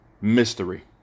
mystery